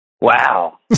Wow